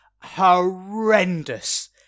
horrendous